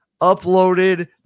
uploaded